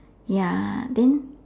ya then